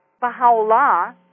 Baha'u'llah